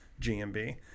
GMB